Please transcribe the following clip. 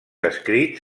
escrits